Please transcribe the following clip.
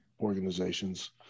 organizations